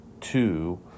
two